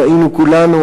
ראינו כולנו,